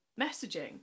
messaging